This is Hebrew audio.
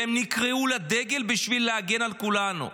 והם נקראו לדגל בשביל להגן על כולנו.